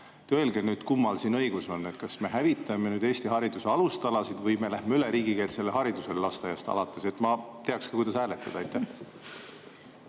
Öelge nüüd, kummal siin õigus on. Kas me hävitame Eesti hariduse alustalasid või me läheme üle riigikeelsele haridusele lasteaiast alates? Et ma teaksin, kuidas hääletada. Aitäh,